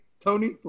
Tony